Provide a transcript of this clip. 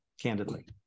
Candidly